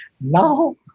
Now